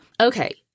Okay